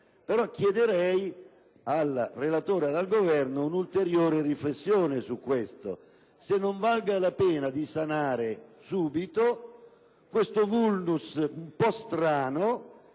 ma chiedo al relatore e al Governo un’ulteriore riflessione sull’argomento, e se non valga la pena di sanare subito questo vulnus un po’ strano